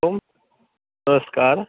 ओं नमस्कारः